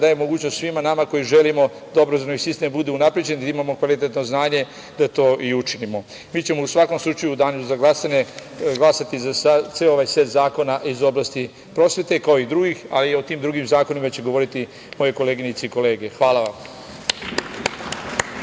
daje mogućnost svima nama koji želimo dobro da obrazovni sistem bude unapređen, da imamo kvalitetno znanje da to i učinimo. Mi ćemo, u svakom slučaju, u danu za glasanje, glasati za ceo ovaj set zakona, iz oblasti prosvete, kao i drugih, ali o tim drugim zakonima će govoriti moje koleginice i kolege. Hvala vam.